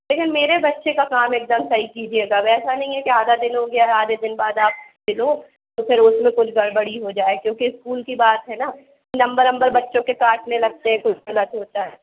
लेकिन मेरे बच्चे का काम एकदम सही कीजिएगा अब ऐसा नहीं है की आधा दिन हो गया आधे दिन बाद आप सिलो तो फिर उसमें कुछ गड़बड़ी हो जाए क्योंकि स्कूल की बात है ना नंबर अंबर बच्चों के काटने लगते हैं कुछ गलत होता है